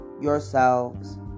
yourselves